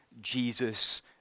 Jesus